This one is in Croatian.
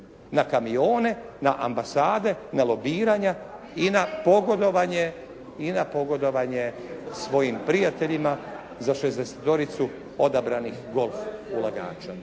na kamione, na ambasade, na lobiranja i na pogodovanje svojim prijateljima za 60-toricu odabranih ulagača.